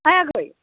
ओइ आगै